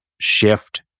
shift